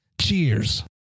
Cheers